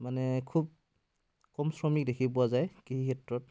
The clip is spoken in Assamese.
মানে খুব কম শ্ৰমিক দেখি পোৱা যায় কৃষি ক্ষেত্ৰত